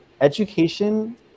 education